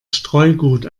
streugut